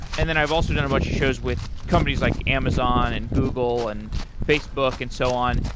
and then i've also done a bunch of shows with companies like amazon, and google, and facebook and so on.